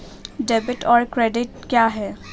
Debit और credit क्या है?